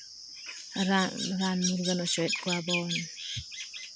ᱨᱟᱱ ᱨᱟᱱ ᱢᱩᱨᱜᱟᱹᱱ ᱦᱚᱪᱚᱭᱮᱫ ᱠᱚᱣᱟ ᱵᱚᱱ